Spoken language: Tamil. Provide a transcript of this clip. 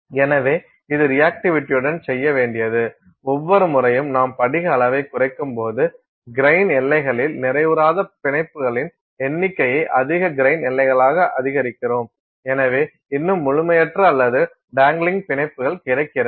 எனவே இது ரியாக்ட்டிவிடியுடன் செய்ய வேண்டியது ஒவ்வொரு முறையும் நாம் படிக அளவைக் குறைக்கும்போது கிரைன் எல்லைகளில் நிறைவுறாத பிணைப்புகளின் எண்ணிக்கையை அதிக கிரைன் எல்லைகளாக அதிகரிக்கிறோம் எனவே இன்னும் முழுமையற்ற அல்லது டேங்லிங் பிணைப்புகள் கிடைக்கிறது